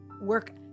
work